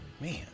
Man